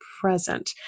present